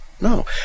No